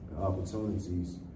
opportunities